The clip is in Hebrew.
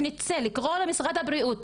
שנצא ונקרא למשרד הבריאות,